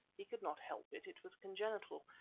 he could not help it, it was congenital,